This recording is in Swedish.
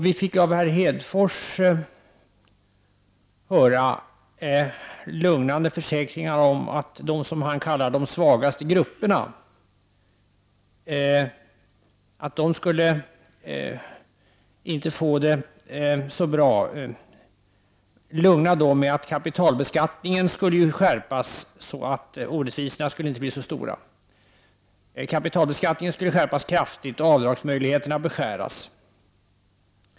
Vi fick av herr Hedfors höra lugnande försäkringar om att de som han kallar de svagaste grupperna inte skulle få det så dåligt. Han lugnade med att kapitalbeskattningen skulle skärpas så att orättvisorna inte skulle bli så stora. Kapitalbeskattningen skulle öka kraftigt och avdragsmöjligheterna beskäras.